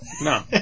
No